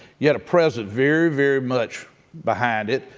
you had a president, very, very much behind it,